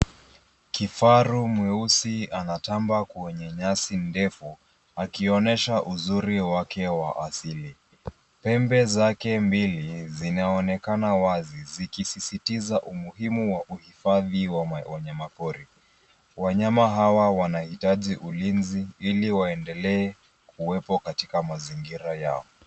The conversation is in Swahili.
Kifaru mweusi anatamba kwenye nyasi ndefu, akionyesha uzuri wake wa asili. Pembe zake mbili zinaonekana wazi zikisisitiza umuhimu wa uhifadhi wa wanyapori. Wanyamapori hawa wanahitaji ulinzi ili waendelee kuwepo katika mazingira yao.